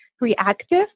reactive